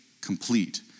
complete